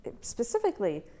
specifically